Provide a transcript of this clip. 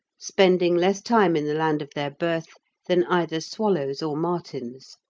spending less time in the land of their birth than either swallows or martins.